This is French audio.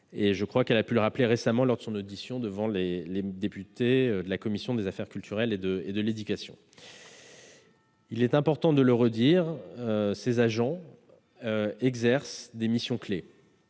ce sujet. Elle l'a rappelé récemment lors de son audition devant les députés de la commission des affaires culturelles et de l'éducation. Il est important de le redire : ces agents exercent des missions clés.